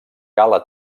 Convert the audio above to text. gala